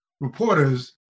reporters